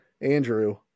Andrew